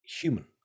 human